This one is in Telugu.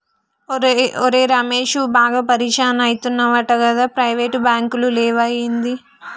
ఒరే రమేశూ, బాగా పరిషాన్ అయితున్నవటగదా, ప్రైవేటు బాంకులు లేవా ఏంది